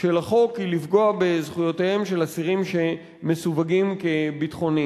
של החוק היא לפגוע בזכויותיהם של אסירים שמסווגים כביטחוניים.